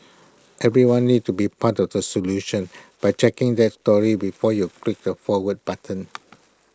everyone needs to be part of the solution by checking that story before you click the forward button